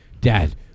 Dad